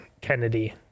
Kennedy